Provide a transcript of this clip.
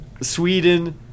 Sweden